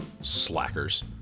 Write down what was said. slackers